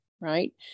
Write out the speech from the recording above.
right